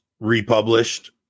Republished